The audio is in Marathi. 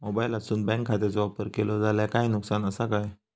मोबाईलातसून बँक खात्याचो वापर केलो जाल्या काय नुकसान असा काय?